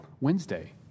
Wednesday